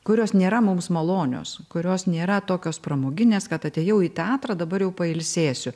kurios nėra mums malonios kurios nėra tokios pramoginės kad atėjau į teatrą dabar jau pailsėsiu